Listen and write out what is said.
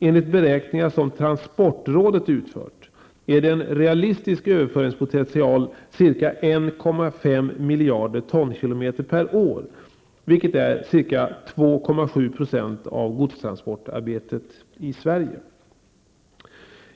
Enligt beräkningar som transportrådet utfört är en realistisk överföringspotential ca 1,5 miljarder tonkm/år, vilket är ca 2,7 % av godstransportarbetet i Sverige.